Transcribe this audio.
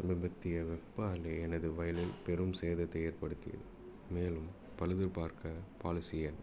சமீபத்திய வெப்ப அலை எனது வயலில் பெரும் சேதத்தை ஏற்படுத்தியது மேலும் பழுதுப்பார்க்க பாலிசி எண்